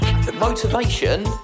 Motivation